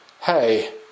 Hey